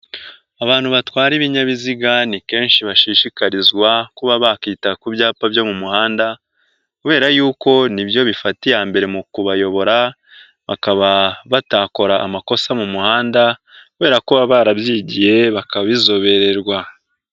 Abantu batwara ibinyabiziga ni kenshi bashishikarizwa kuba bakita ku byapa byo mu muhanda kubera yuko ni byo bifata iya mbere mu kubayobora, bakaba batakora amakosa mu muhanda kubera ko baba barabyigiye bakabizobererwa.